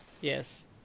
Yes